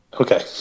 okay